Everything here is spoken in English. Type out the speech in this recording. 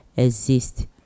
Exist